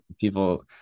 people